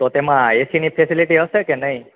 તો તેમાં એસીની ફેસિલિટી હશે કે નહીં